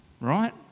right